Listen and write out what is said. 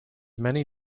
many